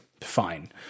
Fine